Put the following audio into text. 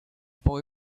boy